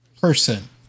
person